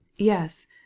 Yes